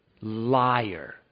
Liar